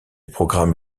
programme